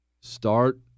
Start